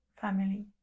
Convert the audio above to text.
family